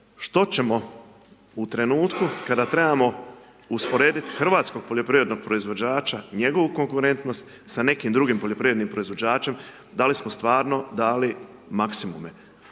što ćemo u trenutku, kada trebamo usporediti hrvatskog poljoprivrednog proizvođača i njegovu konkurentnost s nekim drugim poljoprivrednim proizvođačem da li smo stvarno dali maksimume.